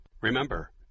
Remember